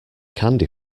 candy